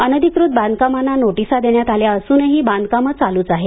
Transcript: अनधिकृत बांधकामांना नोटीसा देण्यात आल्या असूनही बांधकामं चालूच आहेत